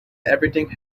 everything